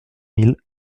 mille